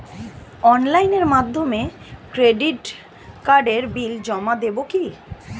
অনলাইনের মাধ্যমে ক্রেডিট কার্ডের বিল জমা দেবো কি?